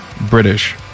British